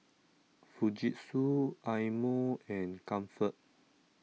Fujitsu Eye Mo and Comfort